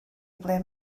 ble